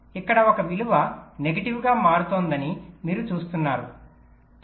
ఇక్కడ ఒక విలువ నెగటివ్ గా మారుతోందని మీరు చూస్తున్నారు 0